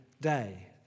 day